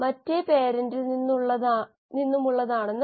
എല്ലാ പ്രകാശസംശ്ലേഷണ ജീവികളുടെയും കാർബൺ ഉറവിടം വായുവിലെ CO2 ആണ്